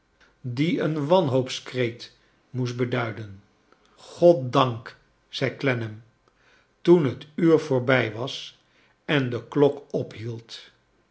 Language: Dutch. die een wanhoopskreet moest beduiden goddank zei clennam toen het uur voorbij was en de klok ophield